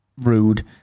rude